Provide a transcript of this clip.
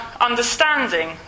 understanding